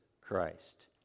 Christ